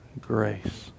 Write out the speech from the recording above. grace